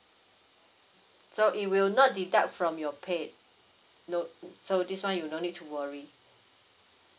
so it will not deduct from your paid no so this one you no need to worry